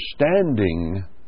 understanding